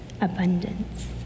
abundance